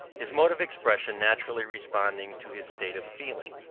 his mode of expression naturally responding to his state of feeling,